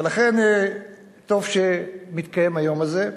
ולכן, טוב שמתקיים היום הזה.